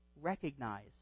Recognize